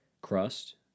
crust